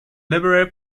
liberal